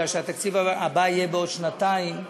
כי התקציב הבא יהיה בעוד שנתיים,